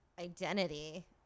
identity